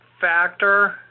factor